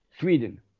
Sweden